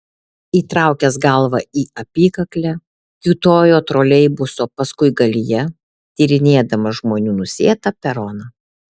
įtraukęs galvą į apykaklę kiūtojo troleibuso paskuigalyje tyrinėdamas žmonių nusėtą peroną